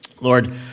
Lord